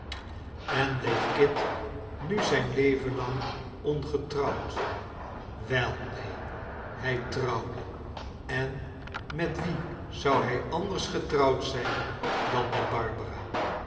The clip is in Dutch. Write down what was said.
en bleef kit nu zijn leven lang ongetrouwd wel neen hij trouwde en met wie zou hij anders getrouwd zijn dan met barbara